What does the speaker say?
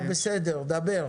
אתה בסדר, תדבר.